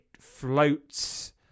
floats